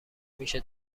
میشه